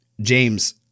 James